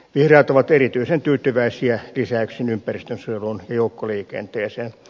vihreät ovat erityisen tyytyväisiä lisäyksiin ympäristönsuojeluun ja joukkoliikenteeseen